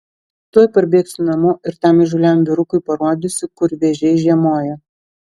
tuoj parbėgsiu namo ir tam įžūliam vyrukui parodysiu kur vėžiai žiemoja